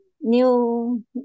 new